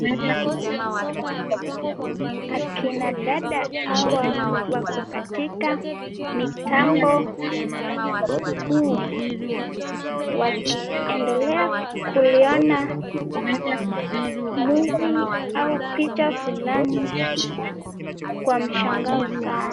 Akina dada hawa wako katika mitambo huu wakiendelea kuliona Movie au picha fulani kwa mshangao sana.